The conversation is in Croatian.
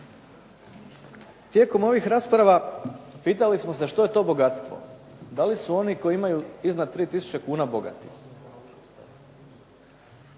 Tijekom ovih rasprava pitali smo se što je to bogatstvo? Da li su oni koji imaju iznad 3 000 kuna bogati?